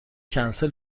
کنسل